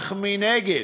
אך מנגד,